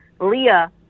Leah